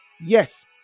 Yes